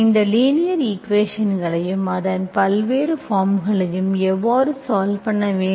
இந்த லீனியர் ஈக்குவேஷன்ஸ்களையும் அதன் பல்வேறு பார்ம்களையும் எவ்வாறு சால்வ் பண்ண வேண்டும்